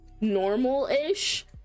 normal-ish